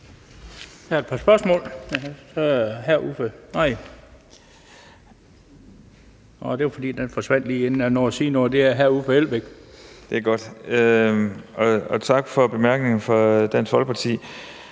Tak for bemærkningerne fra Dansk Folkeparti.